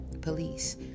Police